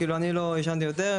לא עישנתי יותר.